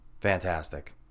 Fantastic